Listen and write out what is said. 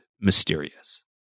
mysterious